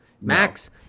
Max